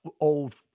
old